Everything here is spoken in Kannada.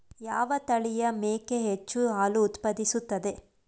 ಯಾವ ತಳಿಯ ಮೇಕೆ ಹೆಚ್ಚು ಹಾಲು ಉತ್ಪಾದಿಸುತ್ತದೆ?